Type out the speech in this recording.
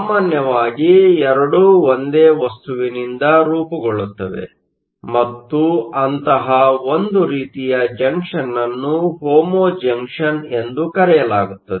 ಸಾಮಾನ್ಯವಾಗಿ ಎರಡೂ ಒಂದೇ ವಸ್ತುವಿನಿಂದ ರೂಪುಗೊಳ್ಳುತ್ತವೆ ಮತ್ತು ಅಂತಹ ಒಂದು ರೀತಿಯ ಜಂಕ್ಷನ್ ಅನ್ನು ಹೋಮೋ ಜಂಕ್ಷನ್ ಎಂದು ಕರೆಯಲಾಗುತ್ತದೆ